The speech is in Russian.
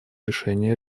решения